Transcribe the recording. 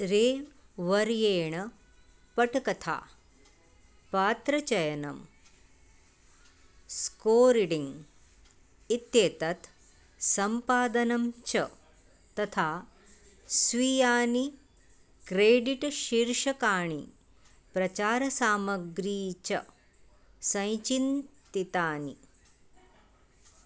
rain वर्येण पट्कथा पात्रचयनं स्कोर्डिङ्ग् इत्येतत् सम्पादनं च तथा स्वीयानि क्रेडिट् शीर्षकाणि प्रचारसामग्री च चिन्तितानि